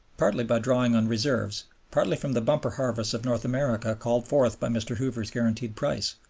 partly by drawing on reserves, partly from the bumper harvests of north america called forth by mr. hoover's guaranteed price,